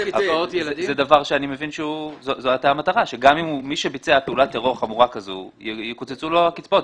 המטרה הייתה שלמי שביצע פעולת טרור חמורה כזו יקוצצו הקצבאות,